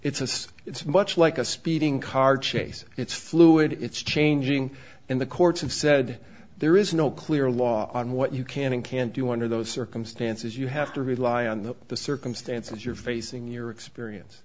it's it's much like a speeding car chase it's fluid it's changing and the courts have said there is no clear law on what you can and can't do under those circumstances you have to rely on the circumstances you're facing your experience